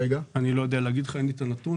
נראה ששם גם היתה הנערה שנרצחה.